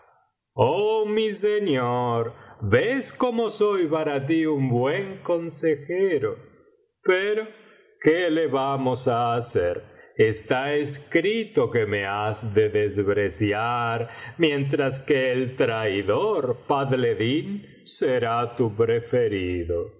oh mi señor ves cómo soy para ti un buen consejero pero qué le vamos á hacer está escrito que me has de despreciar mientras que el traidor fadleddín será tu preferido